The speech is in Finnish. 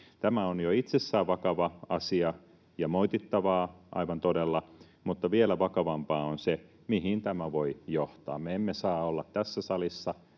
Tämä on jo itsessään vakava asia ja moitittavaa, aivan todella, mutta vielä vakavampaa on se, mihin tämä voi johtaa. Me emme saa olla tässä salissa